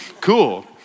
Cool